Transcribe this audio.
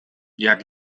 jak